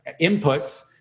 inputs